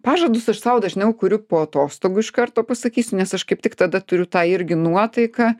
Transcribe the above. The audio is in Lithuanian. pažadus aš sau dažniau kuriu po atostogų iš karto pasakysiu nes aš kaip tik tada turiu tą irgi nuotaiką